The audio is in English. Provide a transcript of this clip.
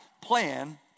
plan